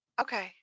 Okay